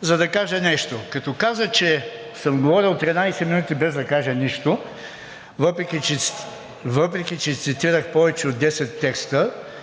за да кажа нещо. Като каза, че съм говорил 13 минути, без да кажа нищо, въпреки че цитирах повече от 10 текста